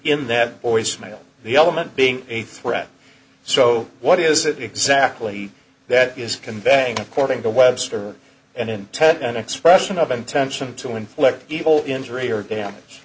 in that voicemail the element being a threat so what is it exactly that is can bang according to webster and intent an expression of intention to inflict evil injury or damage